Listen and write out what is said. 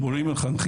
מדעים, מורים מחנכים.